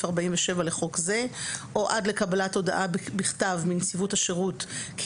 47 לחוק זה או עד לקבלת הודעה בכתב מנציבות השירות כי